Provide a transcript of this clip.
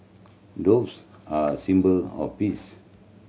doves are a symbol of peace